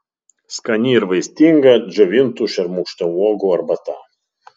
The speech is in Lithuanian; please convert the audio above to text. skani ir vaistinga džiovintų šermukšnio uogų arbata